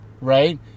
right